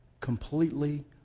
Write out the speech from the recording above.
completely